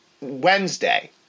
Wednesday